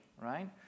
right